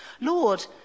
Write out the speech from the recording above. Lord